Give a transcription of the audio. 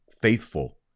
faithful